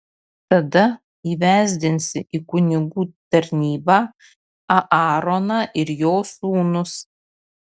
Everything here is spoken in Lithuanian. tada įvesdinsi į kunigų tarnybą aaroną ir jo sūnus